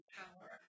power